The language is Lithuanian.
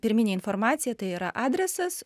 pirminę informaciją tai yra adresas